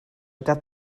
eisiau